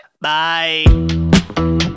Bye